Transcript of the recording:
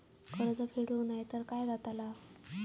कर्ज फेडूक नाय तर काय जाताला?